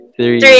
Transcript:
Three